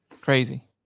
crazy